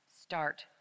Start